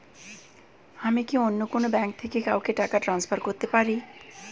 আমি কি অন্য ব্যাঙ্ক থেকে কাউকে টাকা ট্রান্সফার করতে পারি?